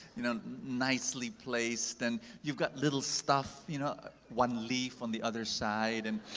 you know, nicely placed. and you've got little stuff, you know, one leaf on the other side. and